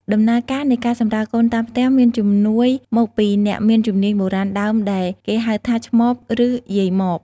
ដំណើរការនៃការសម្រាលកូនតាមផ្ទះ មានជំនួយមកពីអ្នកមានជំនាញបុរាណដើមដែលគេហៅថា ឆ្មប ឬ យាយម៉ប។